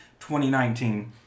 2019